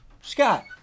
Scott